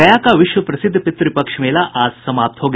गया का विश्व प्रसिद्ध पितृपक्ष मेला आज समाप्त हो गया